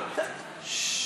ששש.